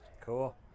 Cool